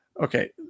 Okay